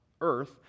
earth